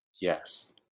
Yes